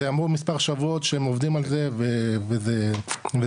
זה מספר שבועות שהם עובדים על זה וזה קורה,